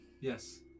yes